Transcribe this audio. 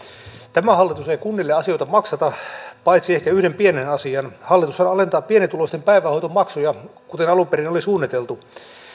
tämä hallitus ei kunnilla asioita maksata paitsi ehkä yhden pienen asian hallitushan alentaa pienituloisten päivähoitomaksuja kuten alun perin oli suunniteltu